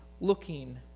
looking